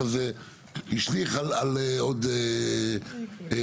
אבל זה השליך על עוד פקטורים,